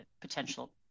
potential